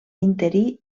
interí